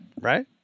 right